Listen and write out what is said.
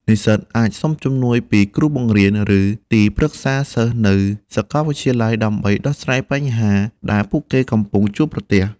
និស្សិតអាចសុំជំនួយពីគ្រូបង្រៀន ឬទីប្រឹក្សាសិស្សនៅសាកលវិទ្យាល័យដើម្បីដោះស្រាយបញ្ហាដែលពួកគេកំពុងជួបប្រទះ។